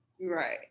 Right